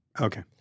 Okay